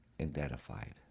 identified